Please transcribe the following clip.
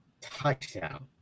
touchdown